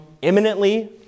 imminently